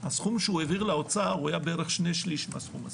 הסכום שהוא העביר לאוצר היה בערך שני שליש מהסכום הזה.